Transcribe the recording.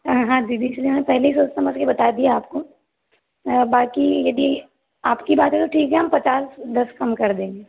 हाँ हाँ दीदी इसलिए मैं पहले ही सोच समझ कर बता दिया आपको बाकी यदि आपकी बात है तो ठीक है हम पचास दस कम कर देंगे